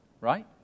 right